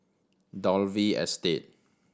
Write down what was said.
Dalvey Estate